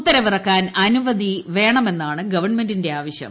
ഉത്തരവിറക്കാൻ അനുമതി വേണമെന്നാണ് ഗവൺമെന്റിന്റെ ആവശ്യം